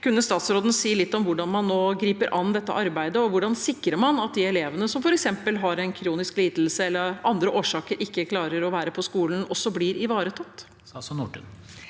Kunne statsråden si litt om hvordan man nå griper an dette arbeidet, og hvordan man sikrer at de elevene som f.eks. har en kronisk lidelse eller av andre årsaker ikke klarer å være på skolen, også blir ivaretatt? Statsråd